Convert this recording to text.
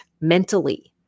mentally